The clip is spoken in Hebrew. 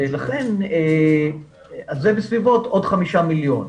זה עוד כ-5 מיליון.